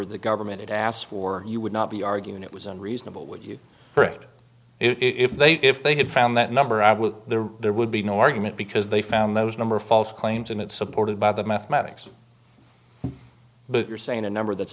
the government asked for you would not be arguing it was unreasonable would you for it if they if they had found that number i was there there would be no argument because they found those number of false claims and it's supported by the mathematics of but you're saying a number that's